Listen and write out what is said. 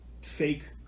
fake